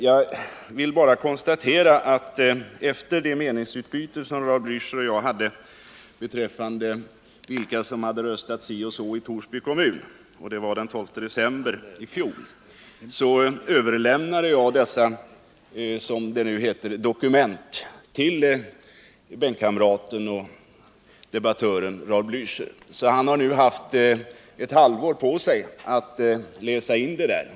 Jag vill bara konstatera att efter det meningsutbyte som Raul Blächer och jag hade beträffande vilka som hade röstat si och så i Torsby kommunföullmäktige — det var den 12 december i fjol — överlämnade jag dessa, som det nu heter, dokument till bänkkamraten och debattören Raul Blächer. Han har alltså haft ett halvår på sig att läsa in det där.